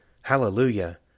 Hallelujah